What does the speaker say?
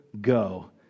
go